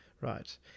right